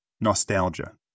Nostalgia